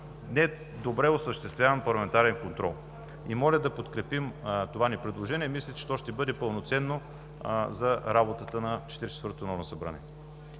не добре осъществяван парламентарен контрол. Моля да подкрепите това ни предложение. Мисля, че ще бъде пълноценно за работата на Четиридесет